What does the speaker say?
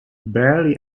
barely